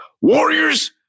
warriors